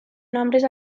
nombres